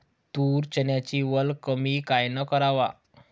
तूर, चन्याची वल कमी कायनं कराव?